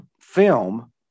film